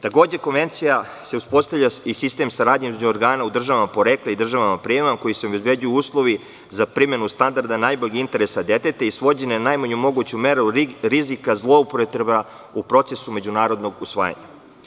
Takođe, Konvencijom se uspostavlja i sistem saradnje između organa u državama porekla i državama prijema kojima se obezbeđuju uslovi za primenu standarda najboljeg interesa deteta i svođenja na najmanju moguću meru rizika zloupotreba u procesu međunarodnog usvajanja.